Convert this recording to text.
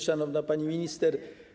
Szanowna Pani Minister!